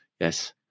Yes